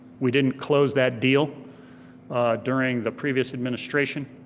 we didn't close that deal during the previous administration.